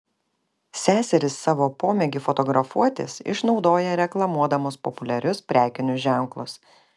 seserys savo pomėgį fotografuotis išnaudoja reklamuodamos populiarius prekinius ženklus